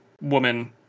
woman